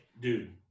dude